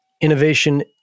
Innovation